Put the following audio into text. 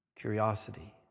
curiosity